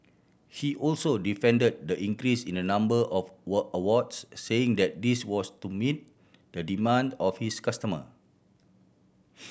he also defend the increase in the number of awards saying that this was to meet the demand of his customer